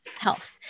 health